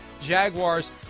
Jaguars